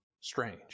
Strange